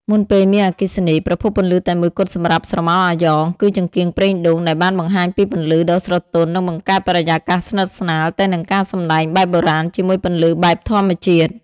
មុនពេលមានអគ្គិសនី ប្រភពពន្លឺតែមួយគត់សម្រាប់ស្រមោលអាយ៉ង គឺចង្កៀងប្រេងដូងដែលបានបង្ហាញពីពន្លឺដ៏ស្រទន់និងបង្កើតបរិកាសស្និតស្នាលទៅនឹងការសម្តែងបែបបុរាណជាមួយពន្លឺបែបធម្មជាតិ។